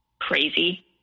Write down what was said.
crazy